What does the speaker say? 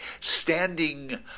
standing